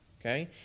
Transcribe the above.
Okay